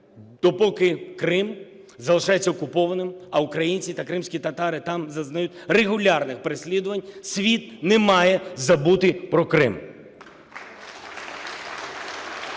Допоки Крим залишається окупованим, а українці та кримські татари там зазнають регулярних переслідувань, світ не має забути про Крим.